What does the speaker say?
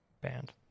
band